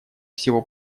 всего